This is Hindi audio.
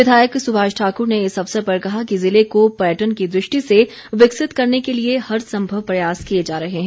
विधायक सुभाष ठाकुर ने इस अवसर पर कहा कि जिले को पर्यटन की दृष्टि से विकसित करने के लिए हर संभव प्रयास किए जा रहे हैं